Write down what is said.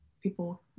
people